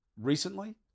recently